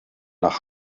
nach